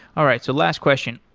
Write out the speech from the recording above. all right, so last question.